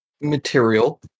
material